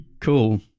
Cool